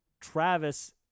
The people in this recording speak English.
Travis